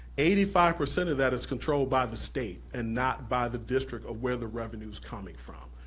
eighty five percent of that is controlled by the state and not by the district of where the revenue's coming from.